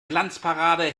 glanzparade